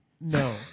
No